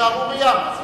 זאת שערורייה.